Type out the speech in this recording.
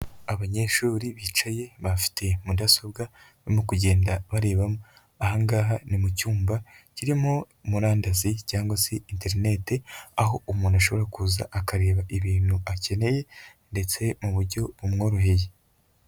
Abanyeshuri bicaye, bafite mudasobwa, barimo kugenda bareba, aha ngaha ni mu cyumba, kirimo murandasi cyangwa se interinete, aho umuntu ashobora kuza akareba ibintu akeneye ndetse uburyo bumworoheye.